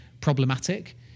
problematic